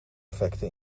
effecten